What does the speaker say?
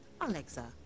Alexa